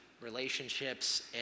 relationships